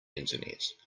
internet